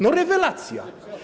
No rewelacja.